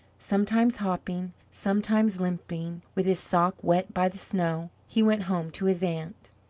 sometimes hopping, sometimes limping with his sock wet by the snow, he went home to his aunt.